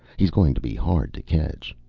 he's going to be hard to catch.